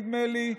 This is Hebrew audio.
נדמה לי,